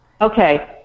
Okay